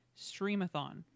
Streamathon